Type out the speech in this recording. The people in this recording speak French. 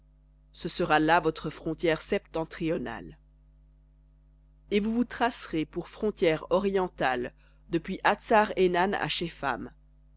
ce sera là votre frontière septentrionale et vous vous tracerez pour frontière orientale depuis